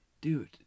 dude